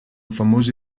famosi